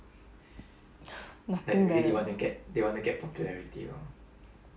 nothing better